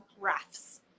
rafts